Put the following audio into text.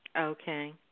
Okay